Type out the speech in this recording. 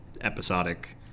episodic